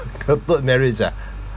cold blood marriage ah